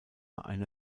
eine